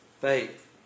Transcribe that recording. faith